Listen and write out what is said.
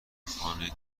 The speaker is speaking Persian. خانه